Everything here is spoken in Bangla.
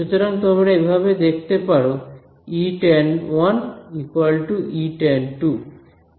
সুতরাং তোমরা এভাবে দেখতে পারো Etan 1 Etan 2